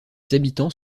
habitants